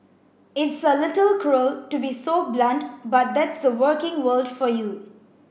it's a little cruel to be so blunt but that's the working world for you